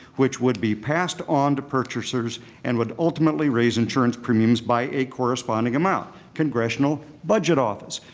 which would be passed on to purchasers and would ultimately raise insurance premiums by a corresponding amount congressional budget office.